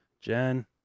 Jen